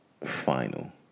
final